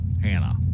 Hannah